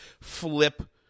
flip